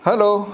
hello